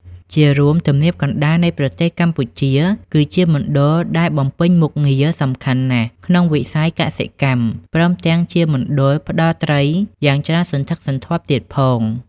ជារួម ទំនាបកណ្ដាលនៃប្រទេសកម្ពុជា គឺជាមណ្ឌលដែលបំពេញមុខងារសំខាន់ណាស់ក្នុងវិស័យកសិកម្ម ព្រមទាំងជាមណ្ឌលផ្ដល់ត្រីយ៉ាងច្រើនសន្ធឹកសន្ធាប់ទៀតផង។